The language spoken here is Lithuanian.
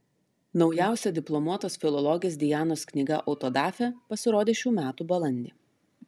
naujausia diplomuotos filologės dianos knyga autodafė pasirodė šių metų balandį